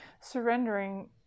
surrendering